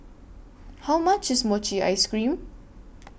How much IS Mochi Ice Cream